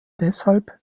deshalb